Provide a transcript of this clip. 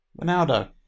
Ronaldo